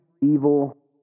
evil